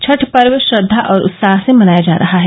छठ पर्व श्रद्वा और उत्साह से मनाया जा रहा है